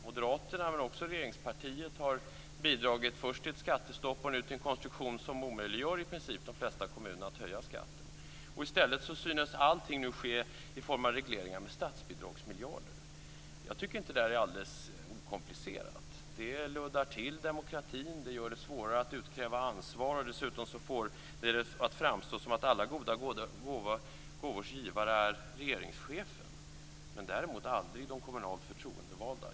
Moderaterna, och nu också regeringspartiet, har bidragit först till ett skattestopp och sedan till en konstruktion som omöjliggör för de flesta kommuner att höja skatten. I stället synes allt ske med regleringar med hjälp av miljarder i statsbidrag. Det är inte alldeles okomplicerat. Det luddar till demokratin. Det gör det svårare att utkräva ansvar. Dessutom framstår det som att alla goda gåvors givare är regeringschefen, däremot aldrig de kommunalt förtroendevalda.